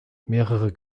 mehrere